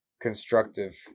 constructive